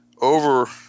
over